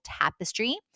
tapestry